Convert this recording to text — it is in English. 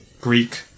Greek